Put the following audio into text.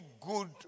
good